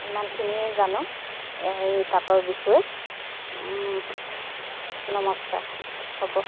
ইমানখিনিয়ে জানো এই হেই তাঁতৰ বিষয়ে নমস্কাৰ হ'ব